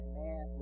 man